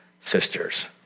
sisters